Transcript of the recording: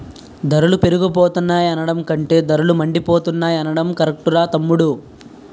ధరలు పెరిగిపోతున్నాయి అనడం కంటే ధరలు మండిపోతున్నాయ్ అనడం కరెక్టురా తమ్ముడూ